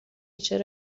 چرا